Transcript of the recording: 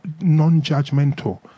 non-judgmental